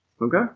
Okay